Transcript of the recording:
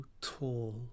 tall